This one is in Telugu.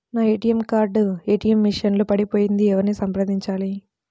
నా ఏ.టీ.ఎం కార్డు ఏ.టీ.ఎం మెషిన్ లో పడిపోయింది ఎవరిని సంప్రదించాలి?